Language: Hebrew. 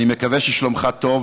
אני מקווה ששלומך טוב,